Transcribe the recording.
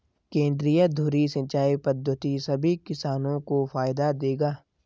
केंद्रीय धुरी सिंचाई पद्धति सभी किसानों को फायदा देगा